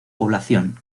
población